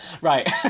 Right